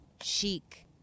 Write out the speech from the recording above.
Chic